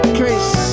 case